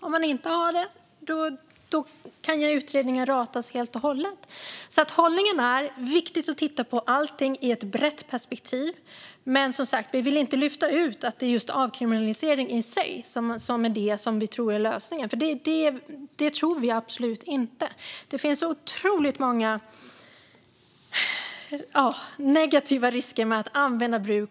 Om man inte har det kan utredningen ratas helt och hållet. Vår hållning är att det är viktigt att titta på allting i ett brett perspektiv. Men vi vill som sagt inte lyfta ut just avkriminaliseringen i sig som lösningen, för det tror vi absolut inte att den är. Det finns otroligt många negativa risker med ett bruk.